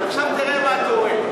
עכשיו נראה מה קורה.